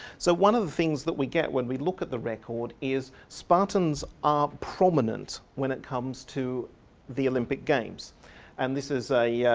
so one of the things that we get when we look at the record is spartans are prominent when it comes to the olympic games and this is ah yeah